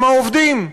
הם העובדים.